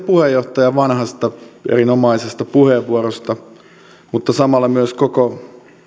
puheenjohtaja vanhasta erinomaisesta puheenvuorosta mutta samalla myös koko